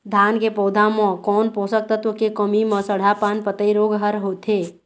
धान के पौधा मे कोन पोषक तत्व के कमी म सड़हा पान पतई रोग हर होथे?